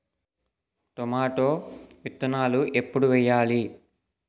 Tomato విత్తనాలు ఎప్పుడు వెయ్యాలి?